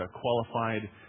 qualified